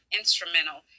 instrumental